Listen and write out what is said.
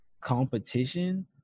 competition